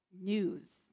news